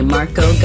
Marco